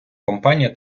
компанія